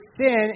sin